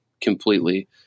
completely